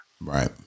right